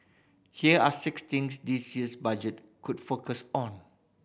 here are six things this year's Budget could focus on